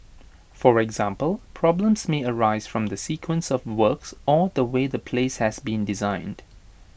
for example problems may arise from the sequence of works or the way the place has been designed